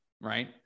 right